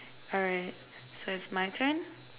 alright so it's my turn